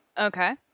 Okay